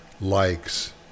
likes